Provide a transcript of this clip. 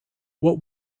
what